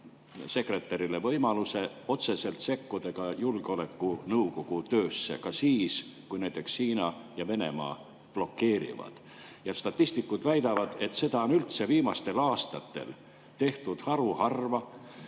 peasekretärile võimaluse otseselt sekkuda julgeolekunõukogu töösse ka siis, kui näiteks Hiina ja Venemaa blokeerivad. Statistikud väidavad, et seda on üldse viimastel aastatel tehtud haruharva